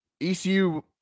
ECU